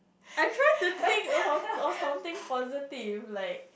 I try to think of of of something positive like